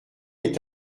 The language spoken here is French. est